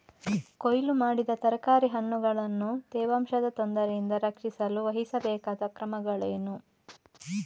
ಕೊಯ್ಲು ಮಾಡಿದ ತರಕಾರಿ ಹಣ್ಣುಗಳನ್ನು ತೇವಾಂಶದ ತೊಂದರೆಯಿಂದ ರಕ್ಷಿಸಲು ವಹಿಸಬೇಕಾದ ಕ್ರಮಗಳೇನು?